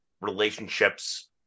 relationships